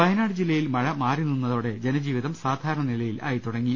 വയനാട് ജില്ലയിൽ മഴ മാറിനിന്നതോടെ ജനജീവിതം സാധാരണ നിലയിലായിതുടങ്ങി